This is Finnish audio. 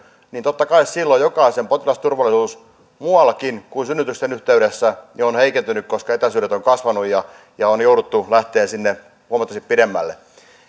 totta kai silloin jokaisen potilasturvallisuus muuallakin kuin synnytysten yhteydessä on heikentynyt koska etäisyydet ovat kasvaneet ja on jouduttu lähtemään sinne huomattavasti pidemmälle että